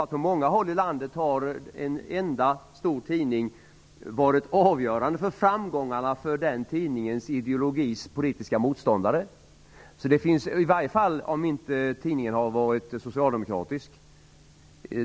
Men på många håll i landet har en enda stor tidning varit avgörande för framgångarna för de politiska motståndarna till den tidningens ideologi, i varje fall om tidningen inte har varit socialdemokratisk.